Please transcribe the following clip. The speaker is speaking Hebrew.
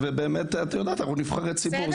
אנחנו נבחרי הציבור,